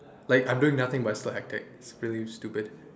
like I'm doing nothing but still hectic it's really stupid